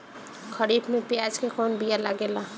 खरीफ में प्याज के कौन बीया लागेला?